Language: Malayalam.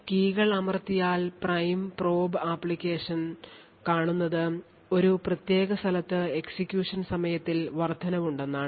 കീകൾ അമർത്തിയാൽ പ്രൈം പ്രോബ് ആപ്ലിക്കേഷൻ കാണുന്നത് ഒരു പ്രത്യേക സ്ഥലത്ത് എക്സിക്യൂഷൻ സമയത്തിൽ വർദ്ധനവുണ്ടെന്നാണ്